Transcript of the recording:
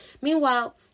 meanwhile